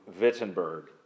Wittenberg